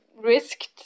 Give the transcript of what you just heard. risked